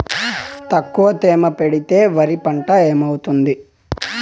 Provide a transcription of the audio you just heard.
తక్కువ తేమ పెడితే వరి పంట ఏమవుతుంది